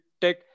take